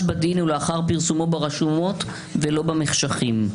בדין ולאחר פרסומו ברשומות ולא במחשכים".